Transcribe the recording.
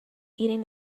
eating